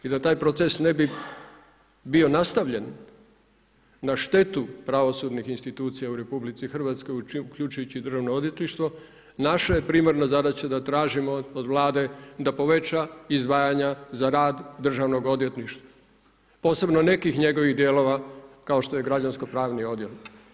I da taj proces ne bi bio nastavljen na štetu pravosudnih institucija u RH, uključujući i državno odvjetništvo, naša je primarna zadaća da tražimo od Vlade da poveća izdvajanja za rad državnog odvjetništva, posebno nekih njegovih djelova kao što je građansko pravni odjel.